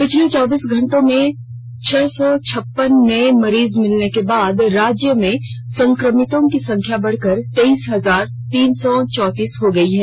पिछले चौबीस घंटों में छह सौ छप्पन नए मरीज मिलने के बाद राज्य में संक्रमितों की संख्या बढ़कर तेईस हजार तीन सौ चौंतीस हो गई है